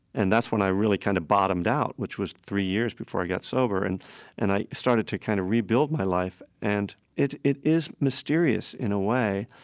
and that's when i really kind of bottomed out, which was three years before i got sober. and and i started to kind of rebuild my life, and it it is mysterious in a way.